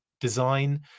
design